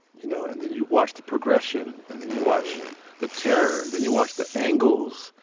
you know, and then you watch the progression and then you watch the terror and then you watch the angles,